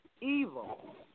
evil